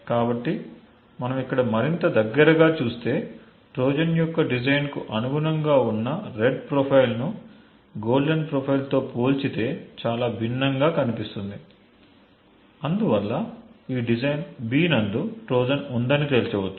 కాబట్టి మనం ఇక్కడ మరింత దగ్గరగా చూస్తే ట్రోజన్ యొక్క డిజైన్ కు అనుగుణంగా వున్న రెడ్ ప్రొఫైల్ ను గోల్డెన్ ప్రొఫైల్ తో పోల్చితే చాలా భిన్నంగా కనిపిస్తుంది అందువల్ల ఈ డిజైన్ B నందు ట్రోజన్ ఉందని తేల్చవచ్చు